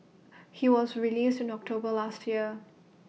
he was released in October last year